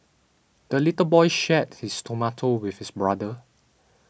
the little boy shared his tomato with his brother